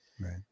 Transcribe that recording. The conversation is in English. Right